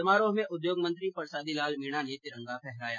समारोह में उद्योग मंत्री प्रसादी लाल मीणा ने तिरंगा फहराया